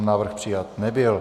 Návrh přijat nebyl.